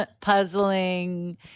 puzzling